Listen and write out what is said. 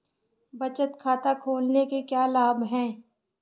बचत खाता खोलने के क्या लाभ हैं?